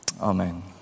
Amen